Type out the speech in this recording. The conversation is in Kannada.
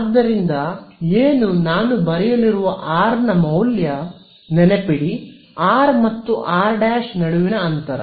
ಆದ್ದರಿಂದ ಏನು ನಾನು ಬರೆಯಲಿರುವ R ನ ಮೌಲ್ಯ ನೆನಪಿಡಿ ಆರ್ ಮತ್ತು ಆರ್ ನಡುವಿನ ಅಂತರ